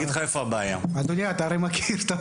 אתה,